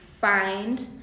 find